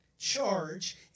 charge